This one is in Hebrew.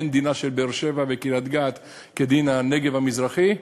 אין דינן של באר-שבע וקריית-גת כדין הנגב המזרחי,